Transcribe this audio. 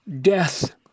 death